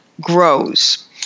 grows